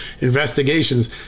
investigations